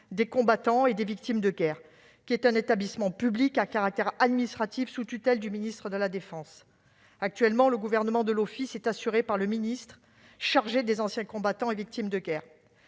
des combattants et des victimes de guerre, qui est un établissement public à caractère administratif sous tutelle du ministre de la défense. Actuellement, la gouvernance de l'Office est assurée par « le ministre chargé des anciens combattants et victimes de guerre